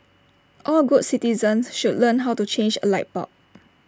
all good citizens should learn how to change A light bulb